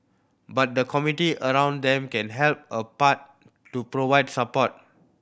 but the community around them can help a part to provide support